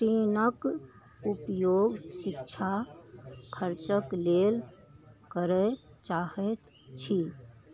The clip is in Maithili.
ऋणक उपयोग शिक्षा खर्चक लेल करय चाहैत छी